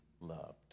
loved